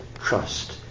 trust